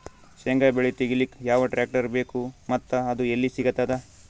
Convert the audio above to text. ಶೇಂಗಾ ಬೆಳೆ ತೆಗಿಲಿಕ್ ಯಾವ ಟ್ಟ್ರ್ಯಾಕ್ಟರ್ ಬೇಕು ಮತ್ತ ಅದು ಎಲ್ಲಿ ಸಿಗತದ?